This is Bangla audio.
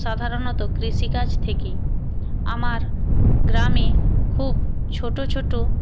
সাধারণত কৃষিকাজ থেকে আমার গ্রামে খুব ছোট ছোট